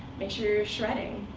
make sure you're shredding.